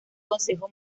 concejo